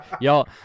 Y'all